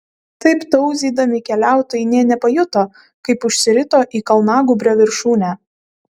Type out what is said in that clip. taip tauzydami keliautojai nė nepajuto kaip užsirito į kalnagūbrio viršūnę